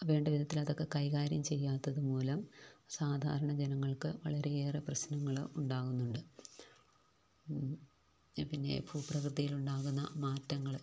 വേണ്ടവിധത്തിലതൊക്ക കൈകാര്യം ചെയ്യാത്തതുമൂലം സാധാരണജനങ്ങൾക്ക് വളരെയേറെ പ്രശ്നങ്ങൾ ഉണ്ടാകുന്നുണ്ട് പിന്നെ ഭൂപ്രകൃതിയിലുണ്ടാകുന്ന മാറ്റങ്ങൾ